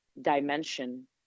dimension